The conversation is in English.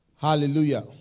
Hallelujah